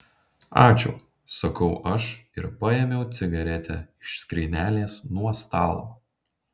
ačiū sakau aš ir paėmiau cigaretę iš skrynelės nuo stalo